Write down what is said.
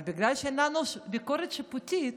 אבל בגלל שאין לנו ביקורת שיפוטית